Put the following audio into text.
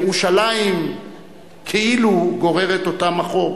ירושלים כאילו גוררת אותם אחור.